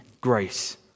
grace